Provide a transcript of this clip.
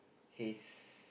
his